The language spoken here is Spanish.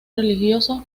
religioso